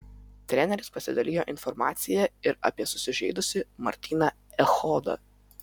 treneris pasidalijo informacija ir apie susižeidusį martyną echodą